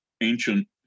ancient